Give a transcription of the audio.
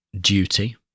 duty